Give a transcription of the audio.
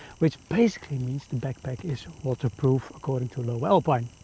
which basically means the backpack is waterproof, according to lowe alpine.